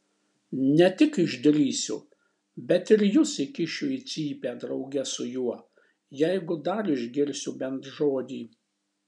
ne tik išdrįsiu bet ir jus įkišiu į cypę drauge su juo jeigu dar išgirsiu bent žodį